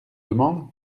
demandes